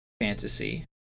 fantasy